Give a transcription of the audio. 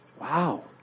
Wow